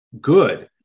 good